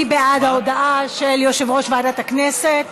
מי בעד ההודעה של יושב-ראש ועדת הכנסת?